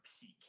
peak